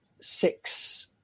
six